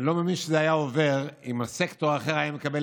אני לא מאמין שזה היה עובר אם הסקטור האחר היה מקבל